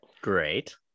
Great